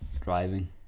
Driving